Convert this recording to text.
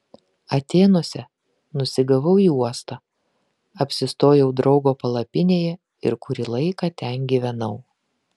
atėnuose nusigavau į uostą apsistojau draugo palapinėje ir kurį laiką ten gyvenau